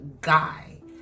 guy